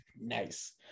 Nice